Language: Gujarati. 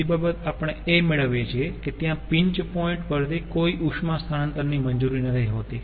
બીજી બાબત આપણે એ મેળવીએ છીએ કે ત્યાં પિન્ચ પોઈન્ટ પરથી કોઈ ઉષ્મા સ્થાનાંતરની મંજૂરી નથી હોતી